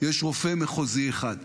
יש רופא מחוזי אחד.